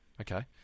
Okay